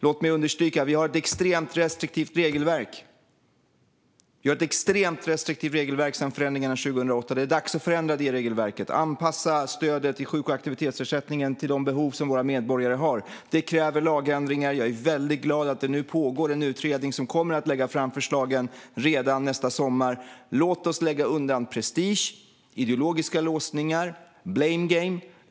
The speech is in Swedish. Låt mig understryka att vi har ett extremt restriktivt regelverk. Vi har ett extremt restriktivt regelverk sedan förändringarna 2008. Det är dags att förändra det regelverket och anpassa stödet i sjuk och aktivitetsersättningen till de behov som våra medborgare har. Det kräver lagändringar. Jag är väldigt glad att det nu pågår en utredning som kommer att lägga fram förslagen redan nästa sommar. Låt oss lägga undan prestige, ideologiska låsningar och blame games.